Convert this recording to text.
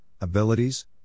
abilities